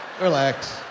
relax